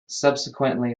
subsequently